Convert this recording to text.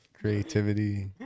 creativity